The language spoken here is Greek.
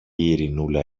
ειρηνούλα